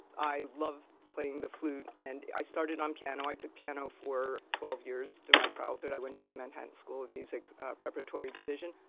i love playing the flute. and i started on piano, i took piano for twelve years to my childhood, i went to the manhattan school of music preparatory division,